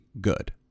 good